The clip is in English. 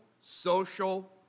social